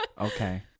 Okay